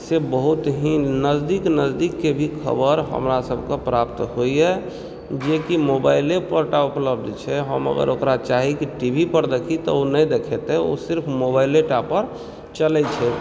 से बहुत ही नजदीक नजदीकके खबर हमरा सबके प्राप्त होइया जेकि मोबाइले पर टा उपलब्ध छै हम अगर ओकरा चाही कि टीवी पर देखी तऽ ओ नहि देखेतै ओ सिर्फ मोबाइलेटा पर चलै छै